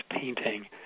painting